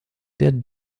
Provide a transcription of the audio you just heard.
der